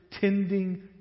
tending